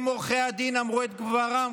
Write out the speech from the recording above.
אם עורכי הדין אמרו את דברם,